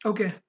Okay